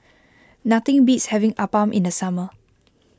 nothing beats having Appam in the summer